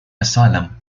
asylum